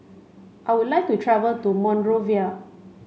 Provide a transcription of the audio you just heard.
I would like to travel to Monrovia